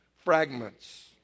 fragments